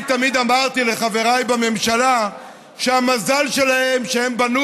אני תמיד אמרתי לחבריי בממשלה שהמזל שלהם הוא שהם בנו